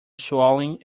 swallowing